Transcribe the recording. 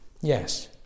Yes